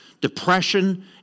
Depression